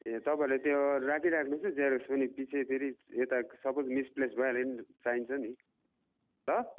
ए तपाईँहरूले त्यो राखिराख्नुहोसै जेरक्स पनि पछि फेरि यता सपोज मिसप्लेस भइहाल्यो भने चाहिन्छ नि ल